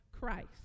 Christ